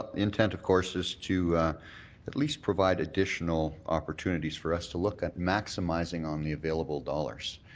intent, of course, is to at least provide additional opportunities for us to look at maximizing on the available dollars.